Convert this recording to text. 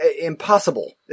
impossible